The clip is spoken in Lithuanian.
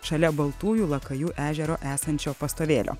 šalia baltųjų lakajų ežero esančio pastovėlio